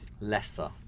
lesser